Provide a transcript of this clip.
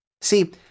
See